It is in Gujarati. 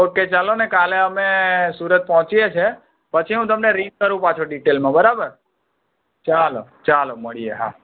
ઓકે ચાલોને કાલે અમે સુરત પહોંચીએ છીએ પછી હું તમને રિંગ કરું પાછો ડીટેલમાં બરાબર ચાલો ચાલો મળીએ હા